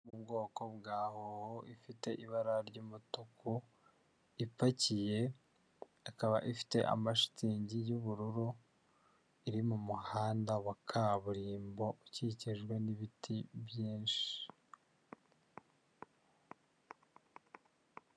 Ubwoko bwa howo ifite ibara ry'umutuku ipakiye, ikaba ifite amashitingi y'ubururu, iri mu muhanda wa kaburimbo ukikijwe n'ibiti byinshi.